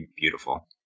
beautiful